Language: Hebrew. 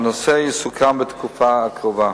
והנושא יסוכם בתקופה הקרובה.